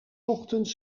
ochtends